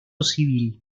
civil